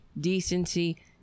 decency